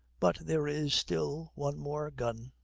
but there is still one more gun.